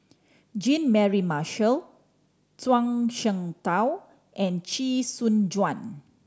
Jean Mary Marshall Zhuang Shengtao and Chee Soon Juan